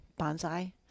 bonsai